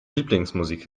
lieblingsmusik